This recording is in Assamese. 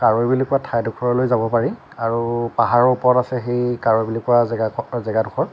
কাৰৈ বুলি কোৱা ঠাই এডোখৰলৈ যাব পাৰি আৰু পাহাৰৰ ওপৰত আছে সেই কাৰৈ বুলি কোৱা জেগাকণ জেগাডোখৰ